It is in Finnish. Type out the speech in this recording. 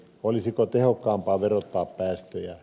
olisiko tehokkaampaa verottaa päästöjä